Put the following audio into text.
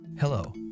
Hello